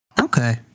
Okay